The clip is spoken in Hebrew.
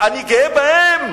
אני גאה בהם,